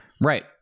right